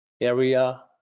area